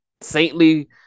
saintly